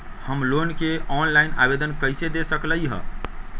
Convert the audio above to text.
हम लोन के ऑनलाइन आवेदन कईसे दे सकलई ह?